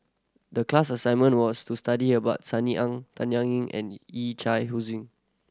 the class assignment was to study about Sunny Ang Tanya and Yee Chia Hsing